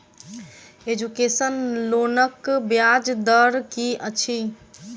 Education लोनक ब्याज दर की अछि?